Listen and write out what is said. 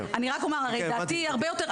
אני רק אומר הרי דעתי הרבה יותר,